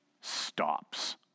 stops